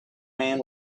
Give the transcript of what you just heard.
man